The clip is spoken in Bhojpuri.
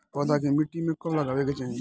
पौधा के मिट्टी में कब लगावे के चाहि?